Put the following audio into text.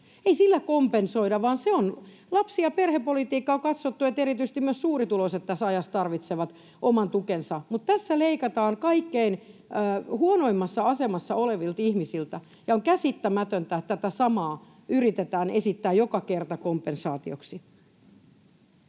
Ei sillä kompensoida, vaan se on lapsi- ja perhepolitiikkaa: on katsottu, että erityisesti myös suurituloiset tässä ajassa tarvitsevat oman tukensa. Mutta tässä leikataan kaikkein huonoimmassa asemassa olevilta ihmisiltä, ja on käsittämätöntä, että tätä samaa yritetään esittää joka kerta kompensaatioksi.